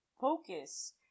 focus